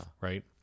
Right